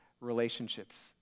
relationships